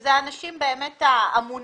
שאלה אנשים האמונים.